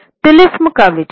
तिलिस्मी का विचार